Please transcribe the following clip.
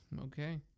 Okay